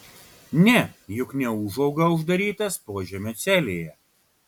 ne juk neūžauga uždarytas požemio celėje